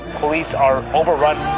police are overrun.